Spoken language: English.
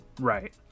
Right